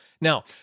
Now